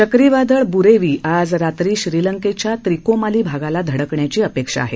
चक्रीवादळ बरेवी आज रात्री श्रीलंकेच्या त्रीकोमाली भागाला धडकण्याची अपेक्षा आहे